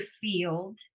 field